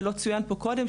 וזה לא צוין פה קודם,